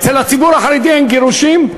אצל הציבור החרדי אין גירושים?